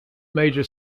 major